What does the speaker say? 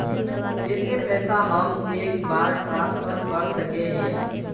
केते पैसा हम एक बार ट्रांसफर कर सके हीये?